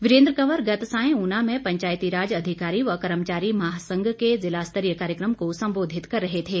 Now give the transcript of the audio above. वीरेन्द्र कंवर गत सांय ऊना में पंचायतीराज अधिकारी व कर्मचारी महासंघ के जिलास्तरीय कार्यक्रम को संबोधित कर रहे थे